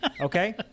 Okay